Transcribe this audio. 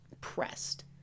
pressed